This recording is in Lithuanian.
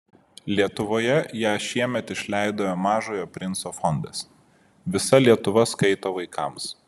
lietuvoje ją šiemet išleido mažojo princo fondas visa lietuva skaito vaikams